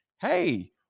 hey